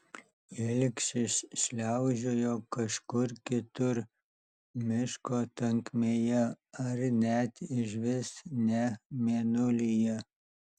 ilgšis šliaužiojo kažkur kitur miško tankmėje ar net išvis ne mėnulyje